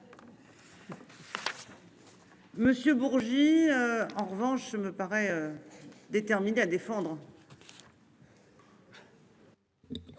Monsieur Bourgi. En revanche, je ne me paraît. Déterminé à défendre.